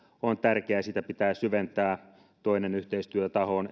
on tärkeää ja sitä pitää syventää toinen yhteistyötaho on